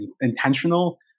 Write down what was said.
intentional